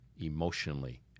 emotionally